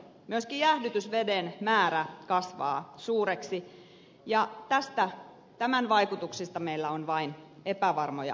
myöskin jäähdytysveden määrä kasvaa suureksi ja tämän vaikutuksista meillä on vain epävarmoja arvioita